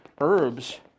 herbs